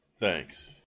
Thanks